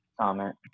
Comment